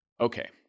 Okay